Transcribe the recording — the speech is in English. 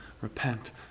repent